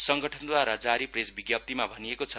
संगठनद्वारा जारी प्रेस विज्ञप्तिमा भनिएकोछ